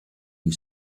you